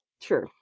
True